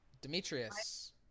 Demetrius